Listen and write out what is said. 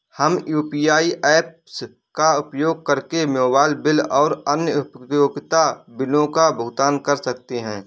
हम UPI apps का उपयोग करके मोबाइल बिल और अन्य उपयोगिता बिलों का भुगतान कर सकते हैं